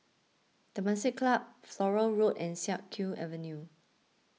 Temasek Club Flora Road and Siak Kew Avenue